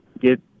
get